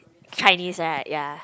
Chinese right yea